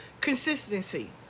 consistency